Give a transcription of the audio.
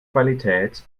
qualität